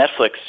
netflix